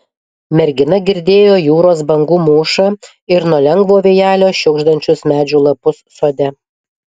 mergina girdėjo jūros bangų mūšą ir nuo lengvo vėjelio šiugždančius medžių lapus sode